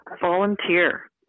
volunteer